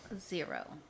Zero